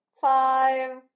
five